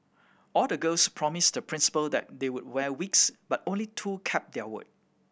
all the girls promised the Principal that they would wear wigs but only two kept their word